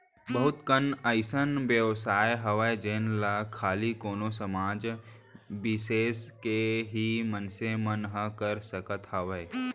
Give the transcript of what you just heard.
बहुत कन अइसन बेवसाय हावय जेन ला खाली कोनो समाज बिसेस के ही मनसे मन ह कर सकत हावय